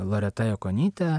loreta jakonyte